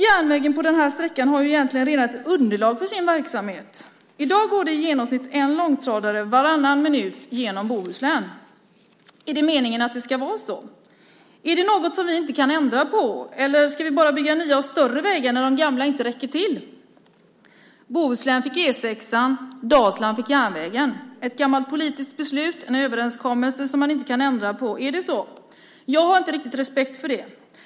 Järnvägen har på denna sträcka egentligen redan ett underlag för sin verksamhet. I dag går det i genomsnitt en långtradare varannan minut genom Bohuslän. Är det meningen att det ska vara så? Är det något som vi inte kan ändra på? Ska vi bara bygga nya och större vägar när de gamla inte räcker till? Bohuslän fick E 6, Dalsland fick järnvägen - ett gammalt politiskt beslut, en överenskommelse som man inte kan ändra på. Är det så? Jag har inte riktigt respekt för det.